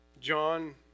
John